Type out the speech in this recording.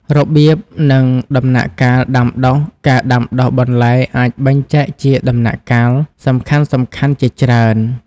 របៀប និងដំណាក់កាលដាំដុះការដាំដុះបន្លែអាចបែងចែកជាដំណាក់កាលសំខាន់ៗជាច្រើន។